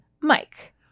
Mike